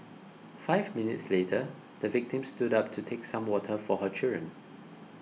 five minutes later the victim stood up to take some water for her children